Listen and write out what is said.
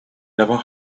never